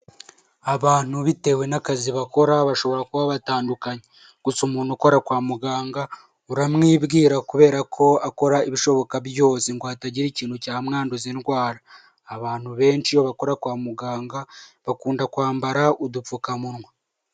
Abantu bitewe n'akazi bakora bashobora kuba batandukanye, gusa umuntu ukora kwa muganga uramwibwira kubera ko akora ibishoboka byose ngo hatagira ikintu cyamwanduza indwara, abantu benshi iyo bakora kwa muganga bakunda kwambara udupfukamunwa.